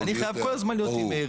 -- ואני חייב להיות כל הזמן עם רישיון.